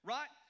Right